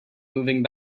moving